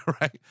right